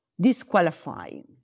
disqualifying